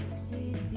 sees